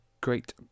great